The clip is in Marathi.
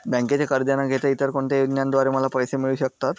बँकेचे कर्ज न घेता इतर कोणत्या योजनांद्वारे मला पैसे मिळू शकतात?